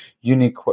Unique